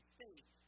faith